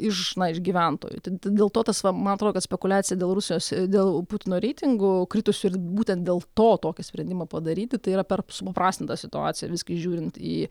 iš na iš gyventojų tai dėl to tas va man atrodo kad spekuliacija dėl rusijos dėl putino reitingų kritusių ir būtent dėl to tokį sprendimą padaryti tai yra per supaprastinta situacija visgi žiūrint į